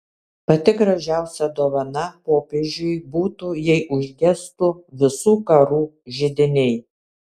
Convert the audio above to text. pati gražiausia dovana popiežiui būtų jei užgestų visų karų židiniai